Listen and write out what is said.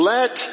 Let